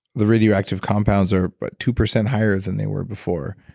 the radioactive compounds are but two percent higher than they were before.